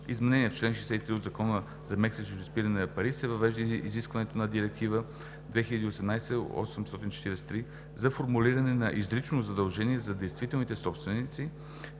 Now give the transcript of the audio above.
изменения в чл. 63 от Закона за мерките срещу изпирането на пари се въвежда изискването на Директива ЕС 2018/843 за формулиране на изрично задължение за действителните собственици